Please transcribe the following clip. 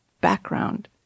background